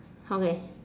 okay